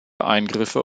eingriffe